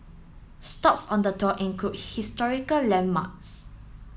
stops on the tour include historical landmarks